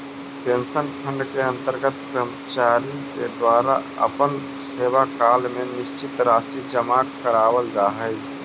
pension fund के अंतर्गत कर्मचारि के द्वारा अपन सेवाकाल में निश्चित राशि जमा करावाल जा हई